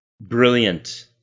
brilliant